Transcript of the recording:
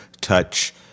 touch